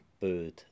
bird